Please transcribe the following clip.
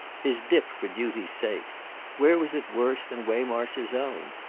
his dip for duty's sake where was it worse than waymarsh's own?